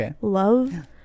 love